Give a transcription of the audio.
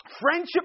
Friendship